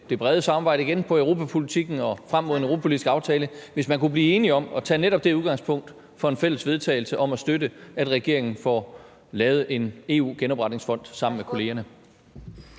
det brede samarbejde om europapolitikken og frem mod en europapolitisk aftale, hvis man netop kunne blive enige om at tage det udgangspunkt for en fælles vedtagelse om at støtte, at regeringen får lavet en EU-genopretningsfond sammen med kollegerne.